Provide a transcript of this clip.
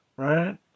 Right